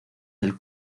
del